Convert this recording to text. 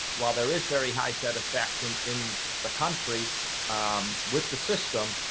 while there is very high satisfaction in the country with the system